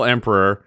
Emperor